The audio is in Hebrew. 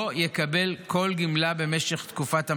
לא יקבל כל גמלה במשך תקופת המאסר,